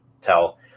tell